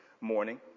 morning